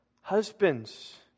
Husbands